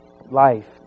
life